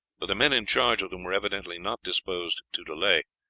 but the men in charge of them were evidently not disposed to delay,